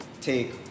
take